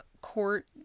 court